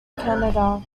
canada